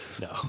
No